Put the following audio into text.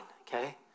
okay